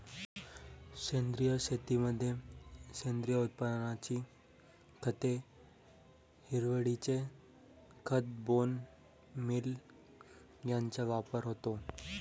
सेंद्रिय शेतीमध्ये सेंद्रिय उत्पत्तीची खते, हिरवळीचे खत, बोन मील यांचा वापर होतो